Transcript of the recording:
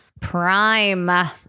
prime